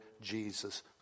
Jesus